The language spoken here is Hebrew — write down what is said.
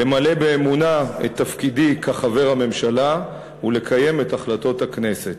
למלא באמונה את תפקידי כחבר הממשלה ולקיים את החלטות הכנסת.